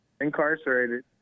incarcerated